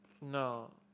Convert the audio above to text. No